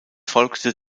folgte